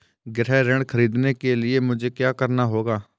गृह ऋण ख़रीदने के लिए मुझे क्या करना होगा?